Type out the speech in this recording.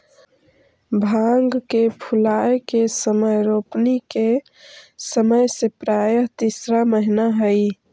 भांग के फूलाए के समय रोपनी के समय से प्रायः तीसरा महीना हई